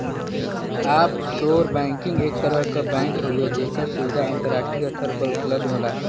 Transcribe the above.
offshore banking एक तरह क बैंक हउवे जेकर सुविधा अंतराष्ट्रीय स्तर पर उपलब्ध होला